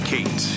Kate